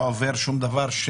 לא עובר שום דבר?